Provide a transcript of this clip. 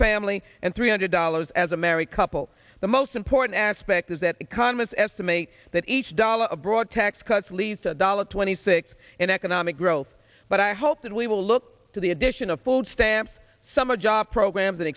family and three hundred dollars as a married couple the most important aspect is that economists estimate that each dollar of broad tax cuts leaves a dollar twenty six in economic growth but i hope that we will look to the addition of food stamps summer job programs an